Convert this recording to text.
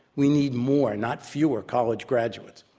we need more, not fewer, college graduates.